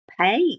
pay